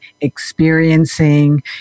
experiencing